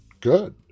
good